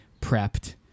prepped